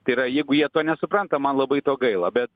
tai yra jeigu jie to nesupranta man labai to gaila bet